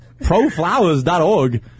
ProFlowers.org